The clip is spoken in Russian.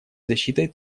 защитой